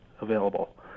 available